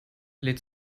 lädt